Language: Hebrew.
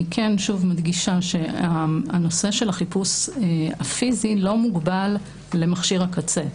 אני כן שוב מדגישה שהנושא של החיפוש הפיזי לא מוגבל למכשיר הקצה.